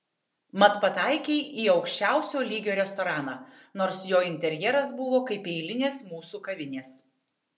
mat pataikei į aukščiausio lygio restoraną nors jo interjeras buvo kaip eilinės mūsų kavinės